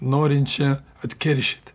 norinčia atkeršyt